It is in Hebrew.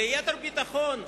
ליתר ביטחון,